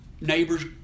neighbor's